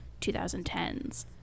2010s